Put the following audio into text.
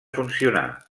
funcionar